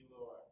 Lord